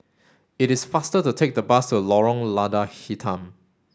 it is faster to take the bus to Lorong Lada Hitam